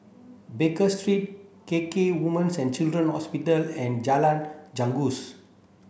Baker Street K K Women's and Children's Hospital and Jalan Janggus